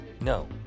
No